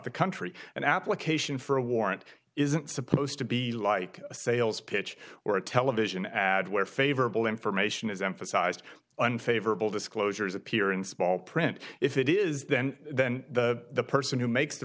the country an application for a warrant isn't supposed to be like a sales pitch or a television ad where favorable information is emphasized unfavorable disclosures appear in small print if it is then then the person who makes the